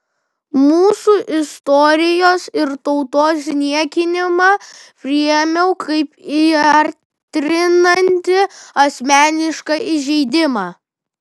mūsų istorijos ir tautos niekinimą priėmiau kaip įaitrinantį asmenišką įžeidimą